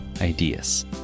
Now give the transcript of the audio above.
ideas